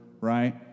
right